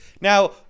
Now